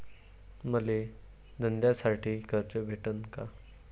मले धंद्यासाठी कर्ज भेटन का?